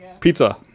Pizza